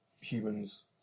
humans